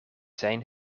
zijn